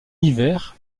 hiver